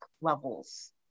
levels